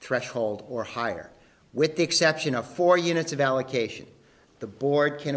threshold or higher with the exception of four units of allocation the board can